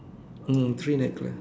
mm three necklace